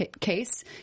case